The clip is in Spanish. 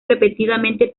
repetidamente